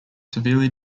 severely